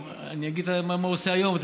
אני אומר מה הוא עושה היום,